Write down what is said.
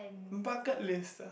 bucket list